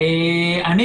אציין,